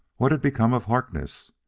what had become of harkness?